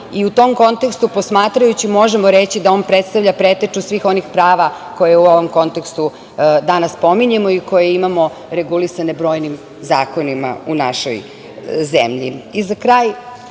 U tom kontekstu posmatrajući možemo reći da on predstavlja preteču svih onih prava koje u ovom kontekstu danas pominjemo i koje imamo regulisane brojnim zakonima u našoj zemlji.Za